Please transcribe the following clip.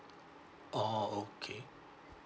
oh okay